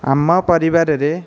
ଆମ ପରିବାରରେ